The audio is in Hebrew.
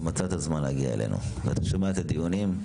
ומצאת זמן להגיע אלינו ואתה שומע את הדיונים.